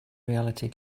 reality